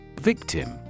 Victim